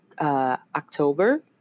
October